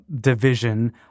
division